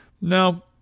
No